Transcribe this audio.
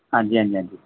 ਹਾਂਜੀ ਹਾਂਜੀ ਹਾਂਜੀ